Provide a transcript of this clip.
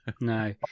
No